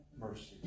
mercy